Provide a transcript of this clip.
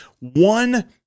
one